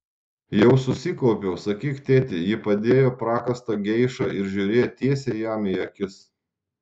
jau susikaupiau sakyk tėti ji padėjo prakąstą geišą ir žiūrėjo tiesiai jam į akis